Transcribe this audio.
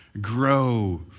grow